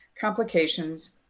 complications